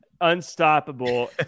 Unstoppable